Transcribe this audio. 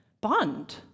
bond